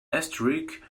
asterisk